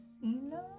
Casino